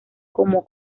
como